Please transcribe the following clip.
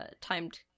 timed